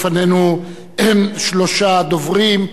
לפנינו שלושה דוברים.